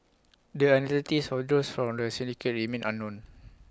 the identities of those from the syndicate remain unknown